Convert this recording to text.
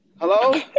Hello